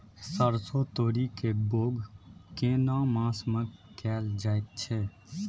सरसो, तोरी के बौग केना मास में कैल जायत छै?